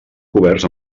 coberts